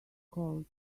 cold